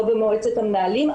לא במועצת המנהלים,